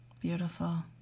beautiful